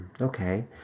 Okay